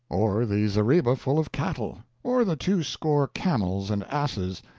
or the zareba full of cattle, or the two-score camels and asses,